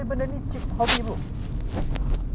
aku nak ada message jer cuba aku message bro